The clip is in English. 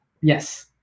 Yes